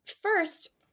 First